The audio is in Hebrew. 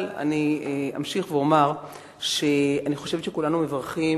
אבל אני אמשיך ואומר שאני חושבת שכולנו מברכים